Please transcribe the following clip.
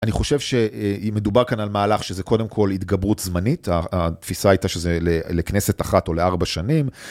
אני חושב שהיא מדובר כאן על מהלך שזה קודם כל התגברות זמנית, התפיסה הייתה שזה לכנסת אחת או לארבע שנים.